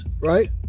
right